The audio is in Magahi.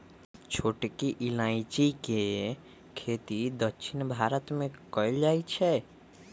छोटकी इलाइजी के खेती दक्षिण भारत मे कएल जाए छै